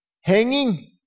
Hanging